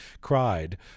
cried